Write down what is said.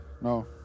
No